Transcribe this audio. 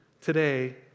today